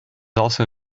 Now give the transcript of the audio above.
also